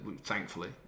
thankfully